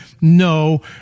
No